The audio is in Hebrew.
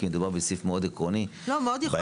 כי מדובר בסעיף מאוד עקרוני באתיקה,